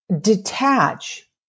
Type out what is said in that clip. detach